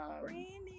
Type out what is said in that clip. Brandy